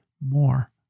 more